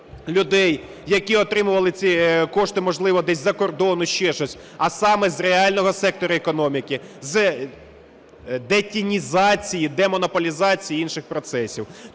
людей, які отримували ці кошти, можливо, десь з-за кордону, ще щось, а саме з реального сектору економіки – з детінізації, демонополізації і інших процесів.